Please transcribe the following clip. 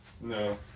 No